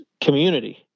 community